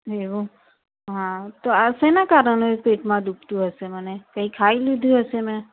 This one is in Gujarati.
એવું હા તો આ શેનાં કારણે પેટમાં દુખતું હશે મને કંઈ ખાઈ લીધું હશે મેં